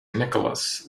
nicholas